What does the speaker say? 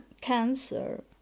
cancer